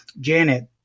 Janet